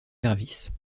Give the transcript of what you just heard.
services